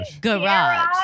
Garage